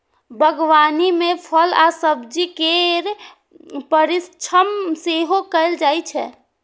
बागवानी मे फल आ सब्जी केर परीरक्षण सेहो कैल जाइ छै